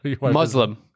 Muslim